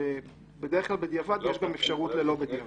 בדרך כלל בדיעבד, יש גם אפשרות ללא בדיעבד.